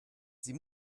sie